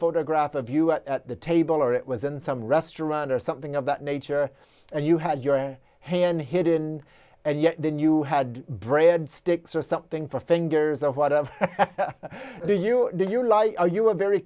photograph of you at the table or it was in some restaurant or something of that nature and you had your hand hidden and yet then you had bread sticks or something for fingers or whatever do you do you like or you were very